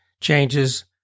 changes